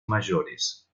mayores